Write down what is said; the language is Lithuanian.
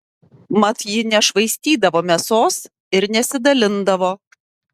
mat ji nešvaistydavo mėsos ir nesidalindavo